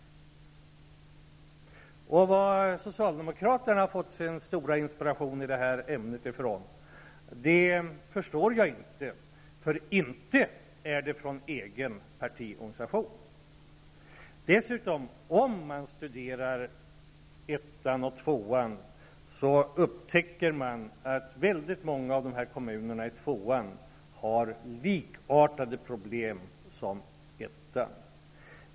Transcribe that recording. Jag förstår inte varifrån socialdemokraterna har fått sin stora inspiration i detta ämne. Inte är det från den egna partiorganisationen. Om man studerar stödområde 1 och 2 upptäcker man att väldigt många av kommunerna i stödområde 2 har likartade problem som de i stödområde 1.